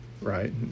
right